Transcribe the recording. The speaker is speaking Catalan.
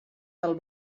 del